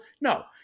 No